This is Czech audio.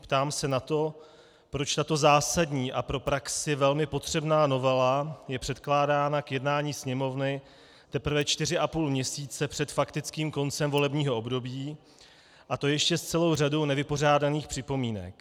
Ptám se na to, proč tato zásadní a pro praxi velmi potřebná novela je předkládána k jednání Sněmovny teprve 4,5 měsíce před faktickým koncem volebního období, a to ještě s celou řadou nevypořádaných připomínek.